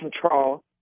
Control